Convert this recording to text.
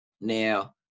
Now